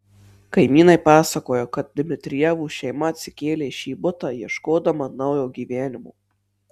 kaimynai pasakojo kad dmitrijevų šeima atsikėlė į šį butą ieškodama naujo gyvenimo